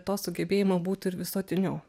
to sugebėjimo būt ir visuotiniau